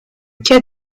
cas